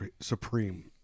Supreme